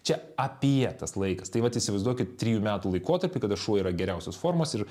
čia apie tas laikas tai vat įsivaizduokit trijų metų laikotarpį kada šuo yra geriausios formos ir